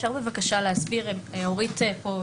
אורית פה,